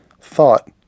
thought